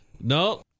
No